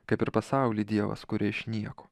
kaip ir pasaulį dievas kuria iš nieko